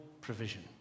provision